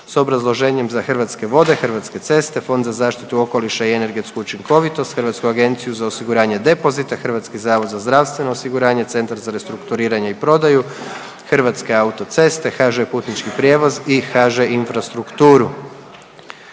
s obrazloženjem za Hrvatske vode, Hrvatske ceste, Fond za zaštitu okoliša i energetsku učinkovitost, Hrvatsku agenciju za osiguranje depozita, Hrvatski zavod za zdravstveno osiguranje, Centar za restrukturiranje i prodaju, Hrvatske autoceste, HŽ Putnički prijevoz i HŽ Infrastrukturu.